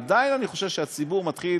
עדיין אני חושב שהציבור מתחיל